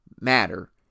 matter